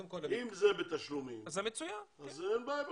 אם זה בתשלומים אז אין בעיה בכלל.